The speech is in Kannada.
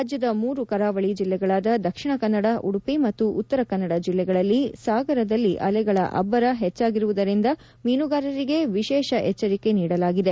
ರಾಜ್ಯದ ಮೂರು ಕರಾವಳಿ ಜಿಲ್ಲೆಗಳಾದ ದಕ್ಷಿಣ ಕನ್ನಡ ಉಡುಪಿ ಮತ್ತು ಉತ್ತರ ಕನ್ನಡ ಜಿಲ್ಲೆಗಳಲ್ಲಿ ಸಾಗರದಲ್ಲಿ ಅಲೆಗಳ ಅಬ್ಬರ ಹೆಚ್ಚಾಗಿರುವುದರಿಂದ ಮೀನುಗಾರರಿಗೆ ವಿಶೇಷ ಎಚ್ಚರಿಕೆ ನೀಡಲಾಗಿದೆ